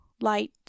light